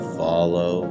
follow